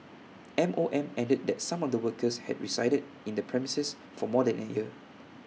M O M added that some of the workers had resided in the premises for more than A year